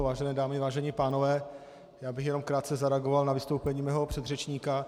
Vážené dámy, vážení pánové, já bych jenom krátce zareagoval na vystoupení svého předřečníka.